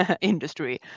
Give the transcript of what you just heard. industry